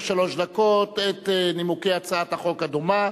שלוש דקות את נימוקי הצעת החוק הדומה,